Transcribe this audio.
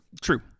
True